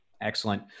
Excellent